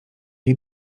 jej